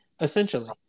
essentially